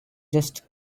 just